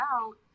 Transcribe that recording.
out